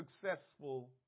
successful